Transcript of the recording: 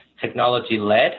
technology-led